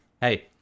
Hey